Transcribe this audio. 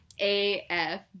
AF